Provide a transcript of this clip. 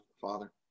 father